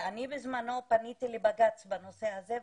אני בזמנו פניתי לבג"ץ בנושא הזה,